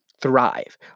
thrive